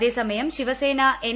അതേസമയം ശിവസേന എൻ